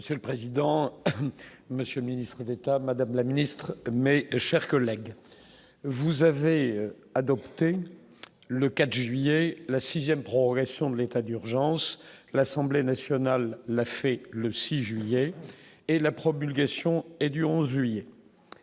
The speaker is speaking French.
Monsieur le président, Monsieur le ministre d'État, Madame la ministre mais, chers collègues, vous avez adopté le 4 juillet la 6ème progression de l'état d'urgence, l'Assemblée nationale l'a fait le 6 juillet et la promulgation et du 11 juillet